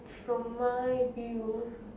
from my view